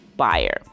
Buyer